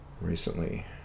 recently